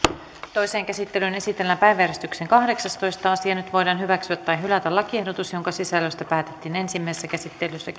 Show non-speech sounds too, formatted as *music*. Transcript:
toiseen käsittelyyn esitellään päiväjärjestyksen kahdeksastoista asia nyt voidaan hyväksyä tai hylätä lakiehdotus jonka sisällöstä päätettiin ensimmäisessä käsittelyssä *unintelligible*